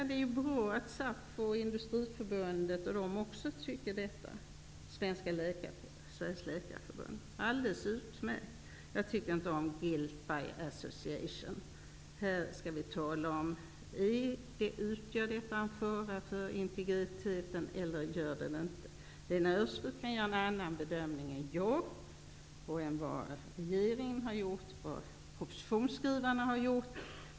Det är bra att SAF, Industriförbundet och Sveriges Läkarförbund också anser detta. Det är alldeles utmärkt. Jag tycker inte om ''guilt by association''. Det vi skall diskutera är: Utgör detta en fara för integriteten eller inte? Lena Öhrsvik kan göra en annan bedömning än den jag gör, den regeringen gör eller den propositionsförfattarna har gjort.